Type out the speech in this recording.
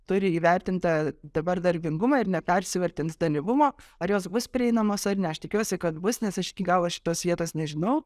turi įvertintą dabar darbingumą ir nepersivertins dalyvumo ar jos bus prieinamos ar ne aš tikiuosi kad bus nes aš iki galo šitos vietos nežinau